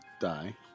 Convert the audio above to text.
die